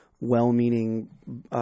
well-meaning